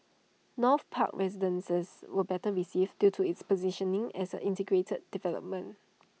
north park residences were better received due to its positioning as an integrated development